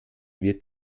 wird